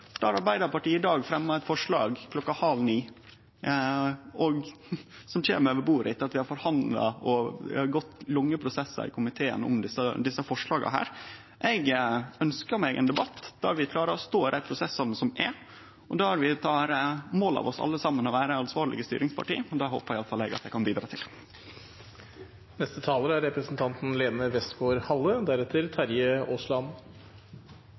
Arbeidarpartiet i dag fremjar eit forslag, kl. 8.20, som kjem over bordet, etter at vi har forhandla og gått lange prosessar i komiteen om desse forslaga. Eg ønskjer meg ein debatt der vi klarar å stå i dei prosessane som er, og der vi alle saman tek mål av oss til å vere ansvarlege styringsparti. Det håpar iallfall eg at eg kan bidra til. Jeg er